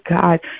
God